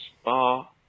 spa